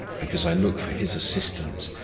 because i look for his assistance,